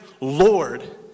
Lord